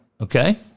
Okay